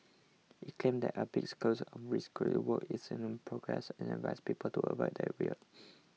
it claimed that a big scale of rescue work is in progress and advised people to avoid the area